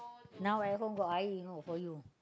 now at home got air you know for you